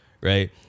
right